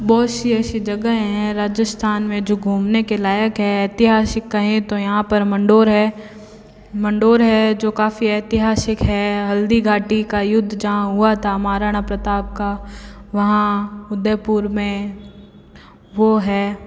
बहुत सी ऐसी जगह हैं राजस्थान में जो घूमने के लायक है ऐतिहासिक कहें तो यहाँ पर मंडोर है मंडोर है जो काफ़ी ऐतिहासिक है हल्दीघाटी का युद्ध जहाँ हुआ था महाराणा प्रताप का वहाँ उदयपुर में वह है